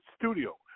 studio